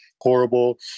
horrible